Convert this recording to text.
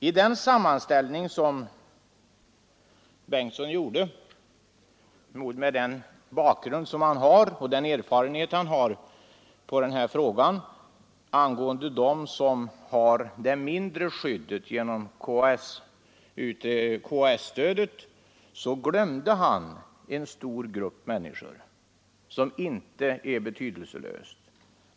I den sammanställning som herr Bengtsson gjorde, mot den bakgrund som han har och med den erfarenhet han har i denna fråga angående dem som har det mindre skyddet genom KSA-stödet, glömde han en stor grupp människor som inte är betydelselös.